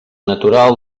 natural